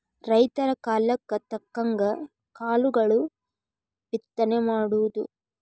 ರೈತರ ಕಾಲಕ್ಕ ತಕ್ಕಂಗ ಕಾಳುಗಳ ಬಿತ್ತನೆ ಮಾಡುದು